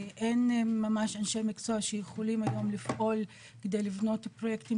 אין ממש אנשי מקצוע שיכולים היום לפעול כדי לבנות פרויקטים